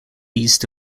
east